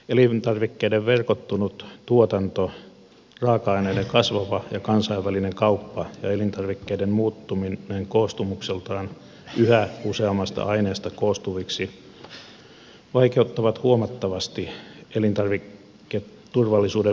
elintarvikkeiden verkottunut tuotanto raaka aineiden kasvava kansainvälinen kauppa ja elintarvikkeiden muuttuminen koostumukseltaan yhä useammasta aineesta koostuviksi vaikeuttavat huomattavasti elintarviketurvallisuuden valvontaa